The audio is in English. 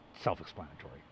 self-explanatory